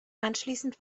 anschließend